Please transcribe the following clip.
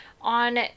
on